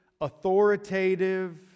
authoritative